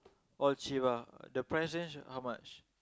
all cheap ah the price range how much